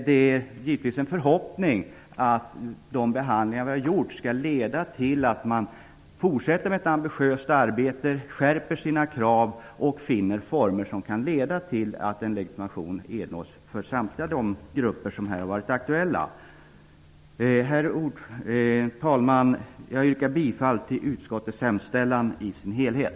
Det är givetvis en förhoppning att de behandlingar av ärendet som gjorts skall leda till att man fortsätter med ett ambitiöst arbete, skärper sina krav och finner former som kan leda till att en legitimation erhålls av samtliga de grupper som här har varit aktuella. Herr talman! Jag yrkar bifall till utskottets hemställan i dess helhet.